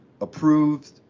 approved